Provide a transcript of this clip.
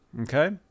Okay